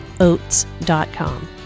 Oats.com